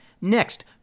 Next